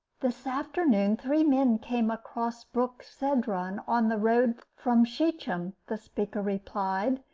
this afternoon three men came across brook cedron on the road from shechem, the speaker replied,